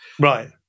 right